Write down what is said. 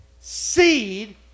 seed